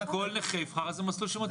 כל נכה יבחר איזה מסלול מתאים לו.